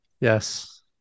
Yes